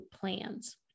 plans